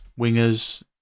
wingers